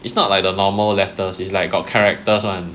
it's not like the normal letters is like got characters [one]